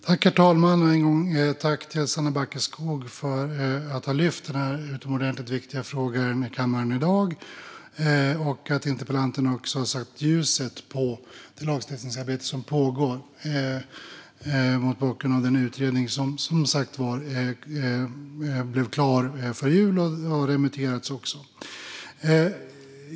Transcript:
Herr talman! Jag vill än en gång tacka interpellanten Sanna Backeskog för att hon har lyft upp en utomordentligt viktig fråga i kammaren i dag och att hon även har satt ljuset på det lagstiftningsarbete som pågår mot bakgrund av den utredning som blev klar före jul och som har remitterats.